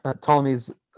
Ptolemy's